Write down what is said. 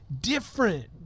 different